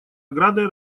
оградой